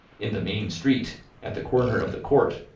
in the main street, at the corner of the court,